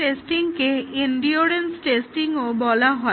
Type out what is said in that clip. stress টেস্টিংকে endurance টেস্টিংও বলা হয়